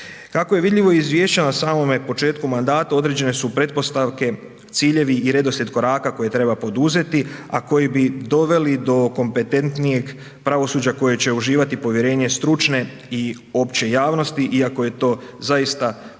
Kako je vidljivo iz Izvješća na samome početku mandata, određene su pretpostavke, ciljevi i redoslijed koraka koje treba poduzeti, a koji bi doveli do kompetentnijeg pravosuđa koje će uživati povjerenje stručne i opće javnosti, iako je to zaista previsok